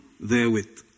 therewith